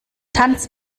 tanz